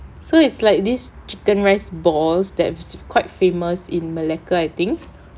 so it's like this chicken rice balls that's quite famous in malacca I think